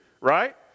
right